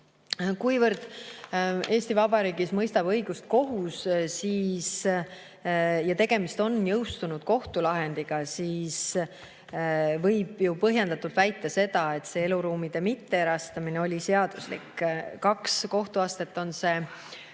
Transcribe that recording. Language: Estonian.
Kuivõrd Eesti Vabariigis mõistab õigust kohus ja tegemist on jõustunud kohtulahendiga, siis võib põhjendatult väita, et see eluruumide mitteerastamine oli seaduslik. Kahes kohtuastmes on see